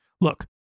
Look